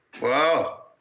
Wow